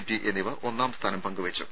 T എന്നിവ ഒന്നാം സ്ഥാനം പങ്കുവെച്ചു